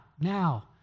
now